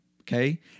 okay